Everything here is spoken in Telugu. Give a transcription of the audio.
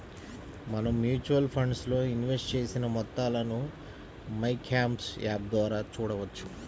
మనం మ్యూచువల్ ఫండ్స్ లో ఇన్వెస్ట్ చేసిన మొత్తాలను మైక్యామ్స్ యాప్ ద్వారా చూడవచ్చు